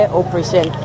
operation